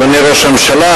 אדוני ראש הממשלה,